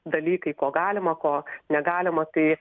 dalykai ko galima ko negalima tai